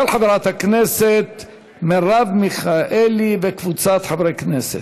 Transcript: של חברת הכנסת מרב מיכאלי וקבוצת חברי הכנסת.